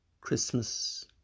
Christmas